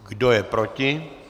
Kdo je proti?